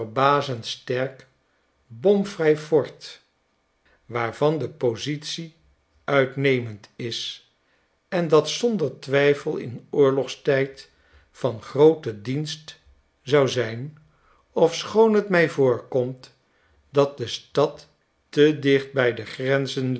waarvan de positie uitnemend is en dat zonder twijfel in oorlogstijd van grooten dienst zou zijn ofschoon t mij voorkomt dat de stad te dicht by de grenzen